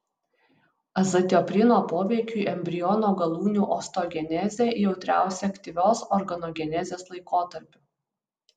azatioprino poveikiui embriono galūnių osteogenezė jautriausia aktyvios organogenezės laikotarpiu